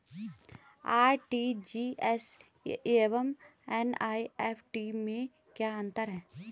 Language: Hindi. आर.टी.जी.एस एवं एन.ई.एफ.टी में क्या अंतर है?